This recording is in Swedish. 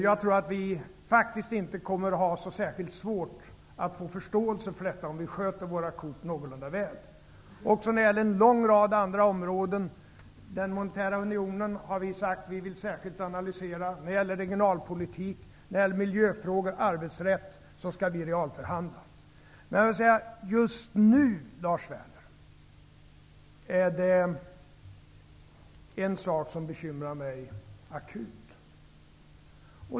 Jag tror att vi faktiskt inte kommer att ha så särskilt svårt att få förståelse för detta, om vi sköter våra kort någorlunda väl. Vi har sagt att vi särskilt vill analysera en lång rad andra områden, t.ex. den monetära unionen. När det gäller regionalpolitik, miljöfrågor, arbetsrätt skall vi realförhandla. Men just nu, Lars Werner, är det en sak som bekymrar mig akut.